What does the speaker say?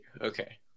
Okay